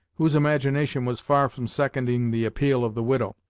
whose imagination was far from seconding the appeal of the widow,